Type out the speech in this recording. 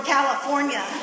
California